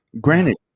Granted